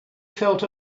felt